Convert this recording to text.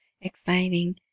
exciting